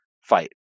fight